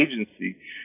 agency